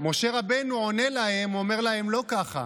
רבנו עונה להם, ואומר להם: לא ככה.